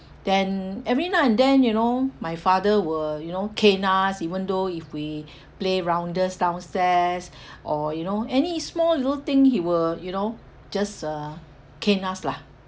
then every now and then you know my father will you know cane us even though if we play rounders downstairs or you know any small little thing he will you know just uh cane us lah